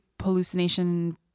hallucination